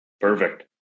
Perfect